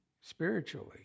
spiritually